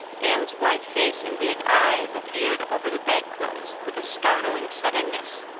anne's white face and big eyes appeared over the bedclothes with a startling suddenness.